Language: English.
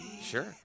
sure